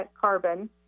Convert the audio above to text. carbon